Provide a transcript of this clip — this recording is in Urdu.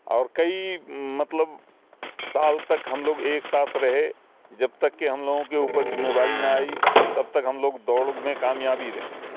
اور کئی مطلب سال تک ہم لوگ ایک ساتھ رہے جب تک کہ ہم لوگوں کے اوپر ذمے داری نہ آئی تب تک ہم لوگ دوڑ میں کامیابی رہے